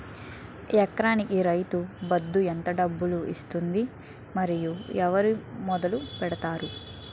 ఎకరానికి రైతు బందు ఎంత డబ్బులు ఇస్తుంది? మరియు ఎవరు మొదల పెట్టారు?